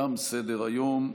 תם סדר-היום.